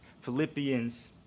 Philippians